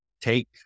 take